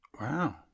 wow